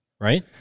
right